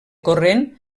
corrent